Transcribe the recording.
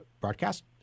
broadcast